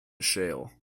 shale